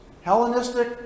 Hellenistic